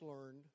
learned